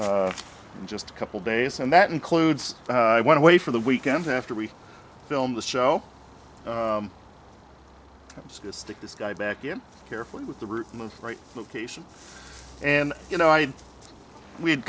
in just a couple days and that includes i went away for the weekend after we filmed the show stick this guy back in carefully with the root move right location and you know i we had